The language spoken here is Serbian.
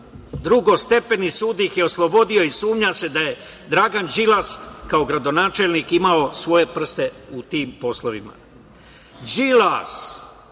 drugostepeni sud ih je oslobodio i sumnja se da je Dragan Đilas kao gradonačelnik imao svoje prste u tim poslovima. Đilas